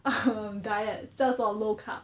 um diet 叫做 low carb